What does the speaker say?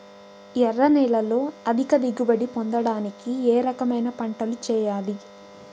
ఎర్ర నేలలో అధిక దిగుబడి పొందడానికి ఏ రకమైన పంటలు చేయాలి?